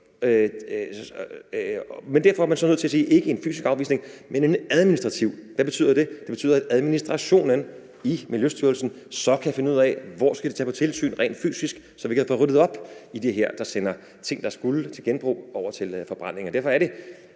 af. Derfor er man så nødt til at sige: ikke en fysisk afvisning, men en administrativ. Hvad betyder det? Det betyder, at administrationen i Miljøstyrelsen så kan finde ud af, hvor de skal tage på tilsyn rent fysisk, så vi kan få ryddet op i det her, der sender ting, der skulle til genbrug, over til forbrænding. Derfor er det